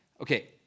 Okay